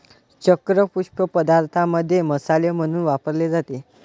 चक्र पुष्प पदार्थांमध्ये मसाले म्हणून वापरले जाते